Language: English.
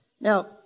Now